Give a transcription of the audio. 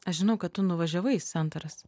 aš žinau kad tu nuvažiavai į santaras